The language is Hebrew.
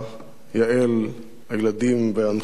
יעל, הילדים והנכדים,